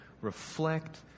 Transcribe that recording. reflect